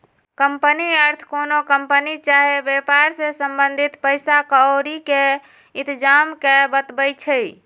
company अर्थ कोनो company चाही वेपार से संबंधित पइसा क्औरी के इतजाम के बतबै छइ